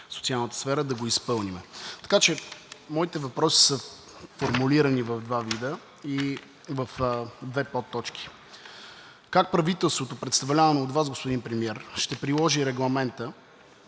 социалната сфера, да го изпълним. Така че моите въпроси са формулирани в два вида и в две подточки. Как правителството, представлявано от Вас, господин Премиер, ще приложи Регламента